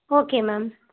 okay ma'am